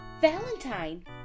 Valentine